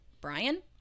Brian